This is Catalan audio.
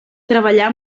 treballà